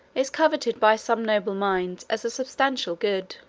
is coveted by some noble minds as a substantial good.